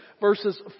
verses